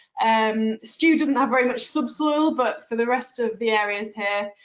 um stu doesn't have very much subsoil, but for the rest of the areas here,